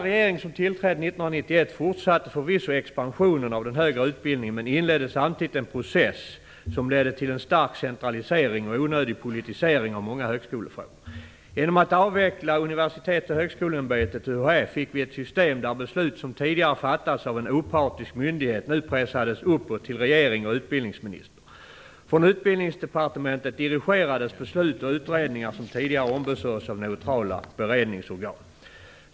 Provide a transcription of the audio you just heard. fortsatte förvisso expansionen av den högre utbildningen men inledde samtidigt en process som ledde till en stark centralisering och onödig politisering av många högskolefrågor. Genom att avveckla Universitets och högskoleämbetet, UHÄ, fick vi ett system där beslut som tidigare fattats av en opartisk myndighet nu pressades uppåt till regering och utbildningsminister. Från Utbildningsdepartementet dirigerades beslut och utredningar som tidigare ombesörjts av neutrala beredningsorgan.